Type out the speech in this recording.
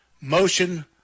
Motion